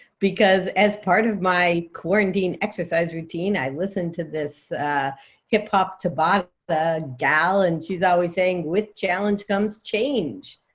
because as part of my quarantine exercise routine, i listen to this hip hop tabata but ah gal, and she's always saying, with challenge comes change.